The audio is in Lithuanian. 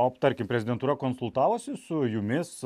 o tarkim prezidentūra konsultavosi su jumis